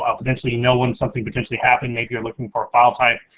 ah potentially no one something, potentially happening, maybe you're looking for a file type,